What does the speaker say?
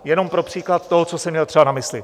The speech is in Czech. Jenom pro příklad toho, co jsem měl třeba na mysli.